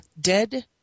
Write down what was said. Dead